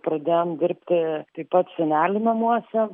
pradėjom dirbti taip pat senelių namuose